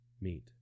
meet